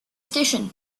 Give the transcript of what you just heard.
station